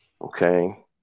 Okay